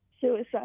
Suicide